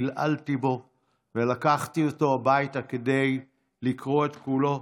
עלעלתי בה ולקחתי אותה הביתה כדי לקרוא את כולה.